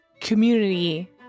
community